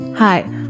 Hi